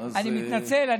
אני מתנצל.